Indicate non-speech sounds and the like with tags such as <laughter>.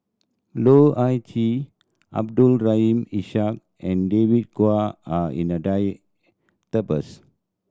Loh Ah Chee Abdul Rahim Ishak and David Kwo are in the <unintelligible>